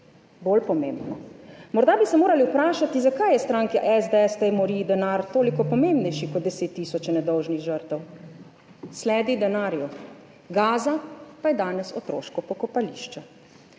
bolj pomembno. Morda bi se morali vprašati, zakaj je stranka SDS v tej moriji denar toliko pomembnejši kot 10 tisoče nedolžnih žrtev. Sledi denarju. Gaza pa je danes otroško pokopališče.